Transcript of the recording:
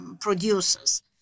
producers